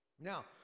Now